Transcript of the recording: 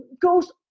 goes